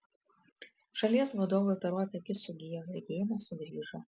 šalies vadovui operuota akis sugijo regėjimas sugrįžo